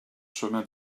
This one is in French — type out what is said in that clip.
chemin